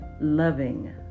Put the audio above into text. loving